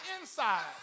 inside